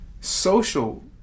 social